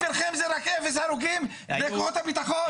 בשבילכם זה רק אפס הרוגים לכוחות הביטחון.